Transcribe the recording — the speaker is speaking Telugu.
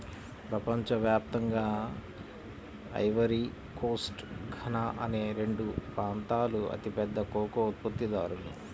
ప్రపంచ వ్యాప్తంగా ఐవరీ కోస్ట్, ఘనా అనే రెండు ప్రాంతాలూ అతిపెద్ద కోకో ఉత్పత్తిదారులు